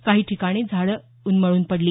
काही ठिकाणी झाडं उन्मळून पडली